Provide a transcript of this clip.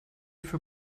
für